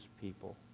people